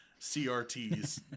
crts